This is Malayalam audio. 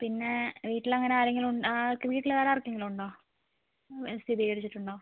പിന്നെ വീട്ടിൽ അങ്ങനെ ആരെങ്കിലും ഉൺ ആർക്ക് വീട്ടിൽ വേറെ ആർക്കെങ്കിലും ഉണ്ടോ സ്ഥിതീകരിച്ചിട്ടുണ്ടോ